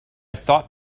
thought